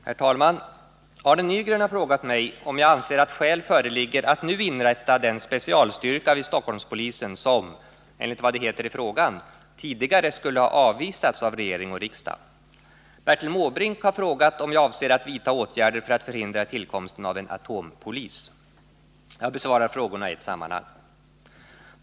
Herr talman! Arne Nygren har frågat mig om jag anser att skäl föreligger att nu inrätta den specialstyrka vid Stockholmspolisen som — enligt vad det heter i frågan — tidigare skulle ha avvisats av regering och riksdag. Bertil Måbrink har frågat om jag avser att vidta åtgärder för att förhindra tillkomsten av en ”atompolis”. Jag besvarar frågorna i ett sammanhang.